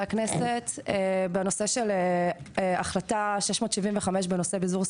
הכנסת בנושא של החלטה 675 בנושא ביזור סמכויות.